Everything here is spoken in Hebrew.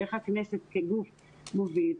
ואיך הכנסת כגוף מוביל,